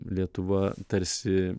lietuva tarsi